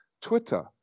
Twitter